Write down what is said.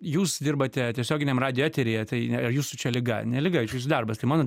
jūs dirbate tiesioginiam radijo eteryje tai nėra jūsų čia liga ne liga darbas tai mano